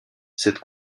cette